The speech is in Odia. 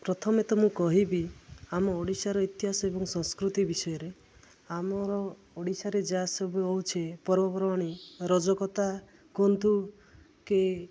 ପ୍ରଥମେ ତ ମୁଁ କହିବି ଆମ ଓଡ଼ିଶାର ଇତିହାସ ଏବଂ ସଂସ୍କୃତି ବିଷୟରେ ଆମର ଓଡ଼ିଶାରେ ଯାହା ସବୁ ହେଉଛି ପର୍ବପର୍ବାଣି ରଜକତା କୁହନ୍ତୁ କି